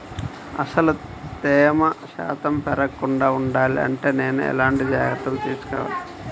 అసలు తేమ శాతం పెరగకుండా వుండాలి అంటే నేను ఎలాంటి జాగ్రత్తలు తీసుకోవాలి?